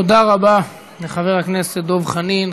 תודה רבה לחבר הכנסת דב חנין.